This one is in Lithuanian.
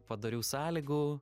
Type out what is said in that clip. padorių sąlygų